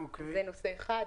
זה נושא אחד.